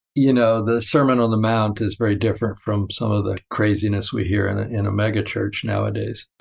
you know the sermon on the mount is very different from some of the craziness we hear in in a megachurch nowadays.